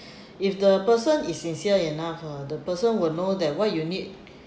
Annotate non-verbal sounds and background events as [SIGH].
[BREATH] if the person is sincere enough lah the person will know that you need